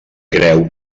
creu